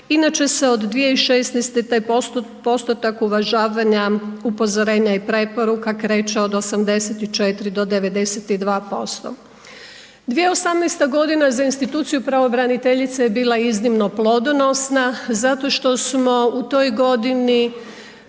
Inače se od 2016. taj postotak uvažavanja, upozorenja i preporuka kreće od 84 do 92%. 2018. g. za instituciju pravobraniteljice je bila iznimno plodonosna zato što smo u toj godini